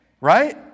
right